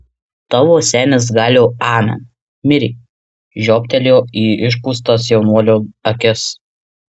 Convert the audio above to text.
tavo senis gal jau amen mirė žiobtelėjo į išpūstas jaunuolio akis